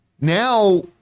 Now